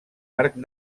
arc